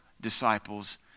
disciples